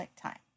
time